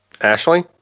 Ashley